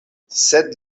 sed